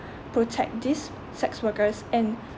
protect these sex workers and